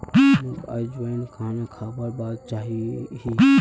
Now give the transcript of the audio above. मोक अजवाइन खाना खाबार बाद चाहिए ही